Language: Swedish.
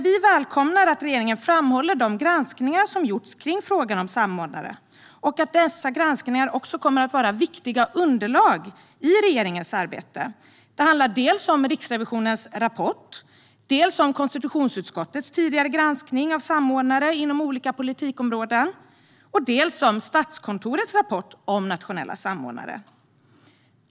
Vi välkomnar dock att regeringen framhåller de granskningar som gjorts kring frågan om samordnare och att dessa granskningar kommer att vara viktiga underlag i regeringens arbete. Det handlar dels om Riksrevisionens rapport, dels om konstitutionsutskottets tidigare granskning av samordnare inom olika politikområden och dels om Statskontorets rapport om nationella samordnare.